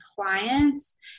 clients